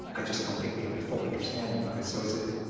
i just don't think we have the full understanding of it. so is it